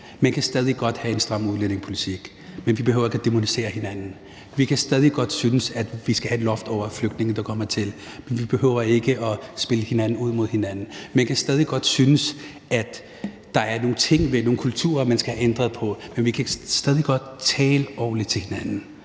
Man kan stadig godt have en stram udlændingepolitik, men vi behøver ikke at dæmonisere hinanden. Vi kan stadig godt synes, at vi skal have et loft over antallet af flygtninge, der kommer hertil, men vi behøver ikke at spille hinanden ud mod hinanden. Man kan stadig godt synes, at der er nogle ting ved nogle kulturer, man skal have ændret på, men vi kan stadig godt tale ordentligt til hinanden.